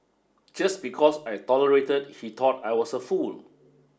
just because I tolerated he thought I was a fool